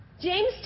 James